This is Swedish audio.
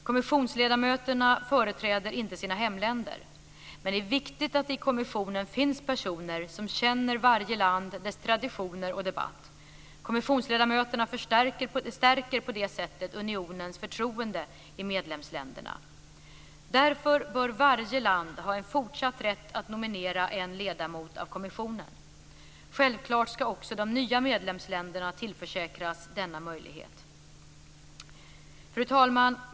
Kommissionsledamöterna företräder inte sina hemländer, men det är viktigt att det i kommissionen finns personer som känner varje land, dess traditioner och debatt. Kommissionsledamöterna stärker på det sättet unionens förtroende i medlemsländerna. Därför bör varje land ha en fortsatt rätt att nominera en ledamot av kommissionen. Självfallet ska också de nya medlemsländerna tillförsäkras denna möjlighet. Fru talman!